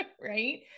Right